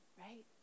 Right